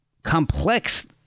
complex